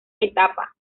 etapa